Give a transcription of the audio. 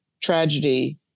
tragedy